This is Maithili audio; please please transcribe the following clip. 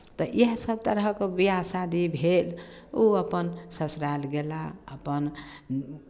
तऽ इएहसभ तरहक विवाह शादी भेल ओ अपन ससुराल गेला अपन